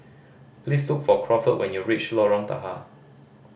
please look for Crawford when you reach Lorong Tahar